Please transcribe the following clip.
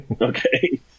Okay